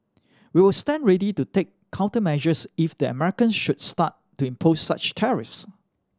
we'll stand ready to take countermeasures if the Americans should start to impose such tariffs